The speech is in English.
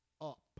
up